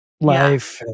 life